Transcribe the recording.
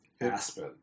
Aspen